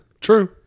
True